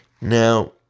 Now